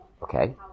Okay